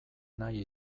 nahi